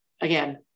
again